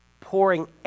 pouring